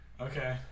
Okay